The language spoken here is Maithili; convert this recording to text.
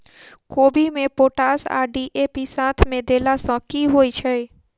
कोबी मे पोटाश आ डी.ए.पी साथ मे देला सऽ की होइ छै?